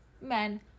men